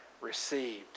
received